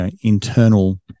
internal